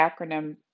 acronym